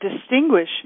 distinguish